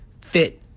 fit